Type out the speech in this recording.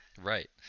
Right